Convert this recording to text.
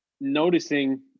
noticing